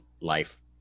life